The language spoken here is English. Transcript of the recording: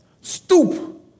Stoop